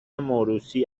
موروثی